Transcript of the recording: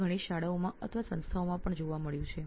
તે થોડી શાળાઓ અથવા સંસ્થાઓમાં પણ જોવા મળ્યું છે